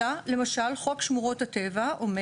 אלא למשל חוק שמורות הטבע אומר: